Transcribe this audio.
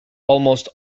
almost